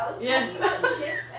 Yes